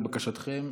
לבקשתכם,